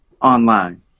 Online